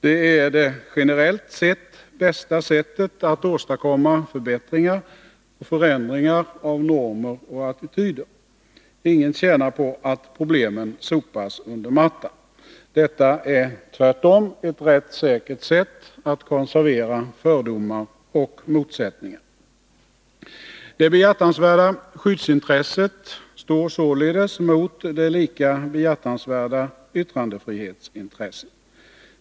Det är generellt sett det bästa sättet att åstadkomma förbättringar och förändringar av normer och attityder. Ingen tjänar på att problemen sopas under mattan. Det är tvärtom ett rätt säkert sätt att konservera fördomar och motsättningar. Det behjärtansvärda skyddsintresset står således mot det lika behjärtansvärda yttrandefrihetsintresset.